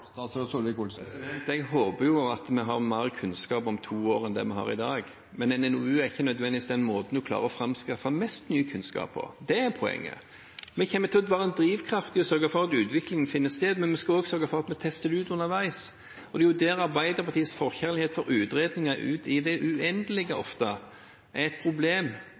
Jeg håper jo at vi har mer kunnskap om to år enn det vi har i dag, men en NOU er ikke nødvendigvis den måten en klarer å framskaffe mest ny kunnskap på. Det er poenget. Vi kommer til å være en drivkraft i å sørge for at utviklingen finner sted, men vi skal også sørge for at vi tester det ut underveis. Det er jo der Arbeiderpartiets forkjærlighet for utredninger – ut i det uendelige, ofte – er et problem,